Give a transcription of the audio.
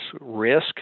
risk